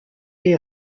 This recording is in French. les